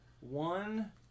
one